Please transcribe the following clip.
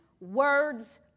words